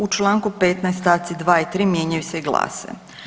U Članku 15. stavci 2. i 3. mijenjaju se i glase.